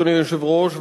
אדוני היושב-ראש,